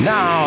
Now